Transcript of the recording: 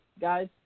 guys